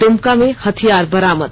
द्रमका में हथियार बरामद